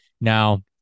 Now